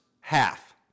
half